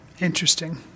Interesting